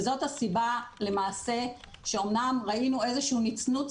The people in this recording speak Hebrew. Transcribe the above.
וזאת הסיבה למעשה שאמנם ראינו איזשהו נצנוץ